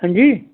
ਹਾਂਜੀ